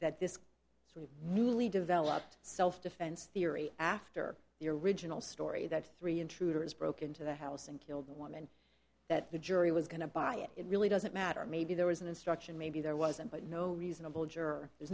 that this newly developed self defense theory after the original story that three intruders broke into the house and killed the woman that the jury was going to buy it really doesn't matter maybe there was an instruction maybe there wasn't but no reasonable juror there's